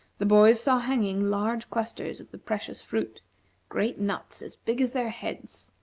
the boys saw hanging large clusters of the precious fruit great nuts as big as their heads.